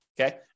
Okay